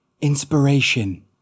Inspiration